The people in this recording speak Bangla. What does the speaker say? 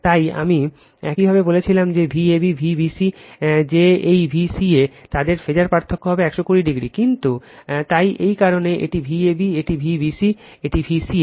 তাই আমি একইভাবে বলেছিলাম যে Vab Vbc যে এই Vca তাদের ফেজের পার্থক্য হবে 120o কিন্তু তাই এই কারণে এটি Vab এটি Vbc এটি V ca